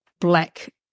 black